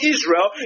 Israel